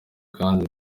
kandi